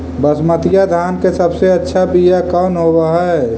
बसमतिया धान के सबसे अच्छा बीया कौन हौब हैं?